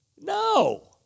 No